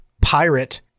pirate